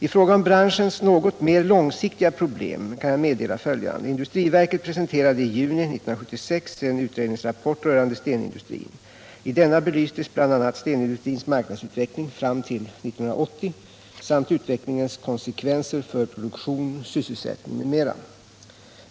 I fråga om branschens något mer långsiktiga problem kan jag meddela följande. Industriverket presenterade i juni 1976 en utredningsrapport rörande stenindustrin. I denna belystes bl.a. stenindustrins marknadsutveckling fram till 1980 samt utvecklingens konsekvenser för produktion, sysselsättning m.m.